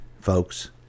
folks